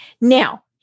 Now